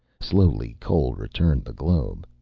slowly, cole returned the globe.